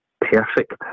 perfect